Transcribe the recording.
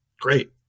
Great